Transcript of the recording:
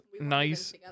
nice